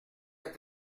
est